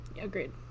agreed